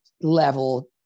level